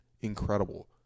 incredible